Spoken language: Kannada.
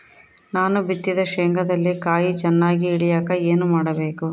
ನಾನು ಬಿತ್ತಿದ ಶೇಂಗಾದಲ್ಲಿ ಕಾಯಿ ಚನ್ನಾಗಿ ಇಳಿಯಕ ಏನು ಮಾಡಬೇಕು?